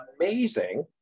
amazing